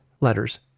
Letters